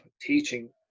teaching